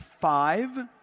five